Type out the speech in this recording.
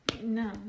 No